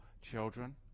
Children